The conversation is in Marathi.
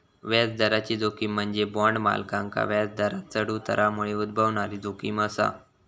व्याजदराची जोखीम म्हणजे बॉण्ड मालकांका व्याजदरांत चढ उतारामुळे उद्भवणारी जोखीम असा